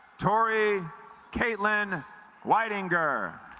tori caitlin white inger